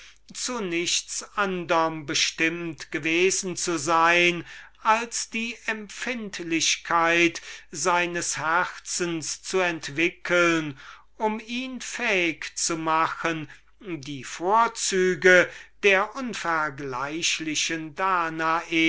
zu nichts anderm bestimmt gewesen zu sein als die empfindlichkeit seines herzens zu entwickeln um ihn fähig zu machen die vorzüge der unvergleichlichen danae